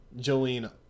jolene